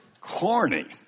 Corny